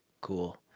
cool